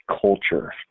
culture